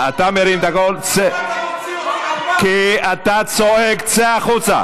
אני מבקש ממך לצאת החוצה.